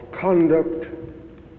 conduct